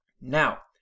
Now